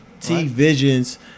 T-Visions